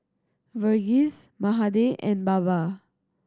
Verghese Mahade and Baba